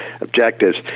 objectives